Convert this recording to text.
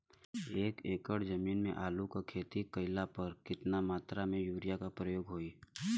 एक एकड़ जमीन में आलू क खेती कइला पर कितना मात्रा में यूरिया क प्रयोग होई?